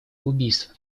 убийства